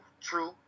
true